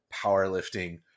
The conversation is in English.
powerlifting